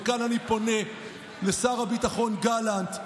וכאן אני פונה לשר הביטחון גלנט,